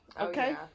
Okay